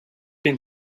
been